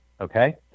okay